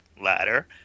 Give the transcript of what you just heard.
ladder